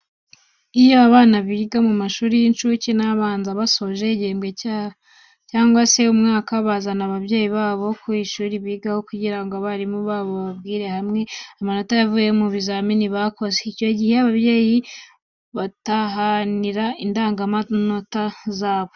Iyo abana biga mu mashuri y'incuke n'abanza basoje igihembwe cyangwa se umwaka, bazana n'ababyeyi babo ku ishuri bigaho, kugira ngo abarimu babo bababwirire hamwe amanota yavuye mu bizamini bakoze. Icyo gihe ababyeyi babatahanira indangamanota zabo.